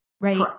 right